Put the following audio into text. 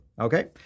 Okay